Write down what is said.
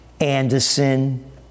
Anderson